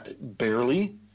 barely